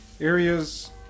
areas